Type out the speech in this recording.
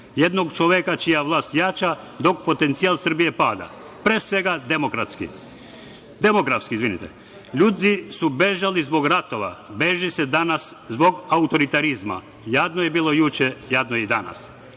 jednog čoveka čija vlast jača, dok potencijal Srbije pada, pre svega demografski. Ljudi su bežali zbog ratova, beži se danas zbog autoritarizma. Jadno je bilo juče, jadno je i danas.